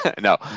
No